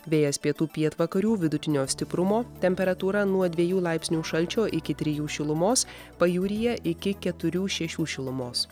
vėjas pietų pietvakarių vidutinio stiprumo temperatūra nuo dviejų laipsnių šalčio iki trijų šilumos pajūryje iki keturių šešių šilumos